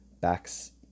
backs